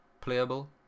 playable